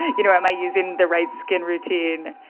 you know, am i using the right skin routine?